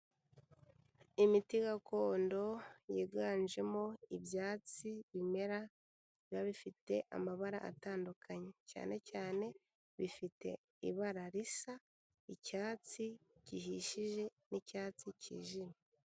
Imiti gakondo yiganjemo ibyatsi bimera, biba bifite amabara atandukanye. Cyane cyane bifite ibara risa icyatsi gihishije n'icyatsi cyijimye.